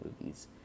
movies